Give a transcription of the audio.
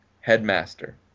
headmaster